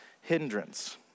hindrance